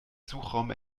suchraum